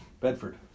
Bedford